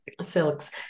silks